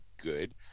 good